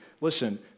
Listen